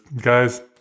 Guys